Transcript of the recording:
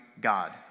God